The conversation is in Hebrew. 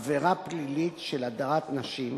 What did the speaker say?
עבירה פלילית של הדרת נשים,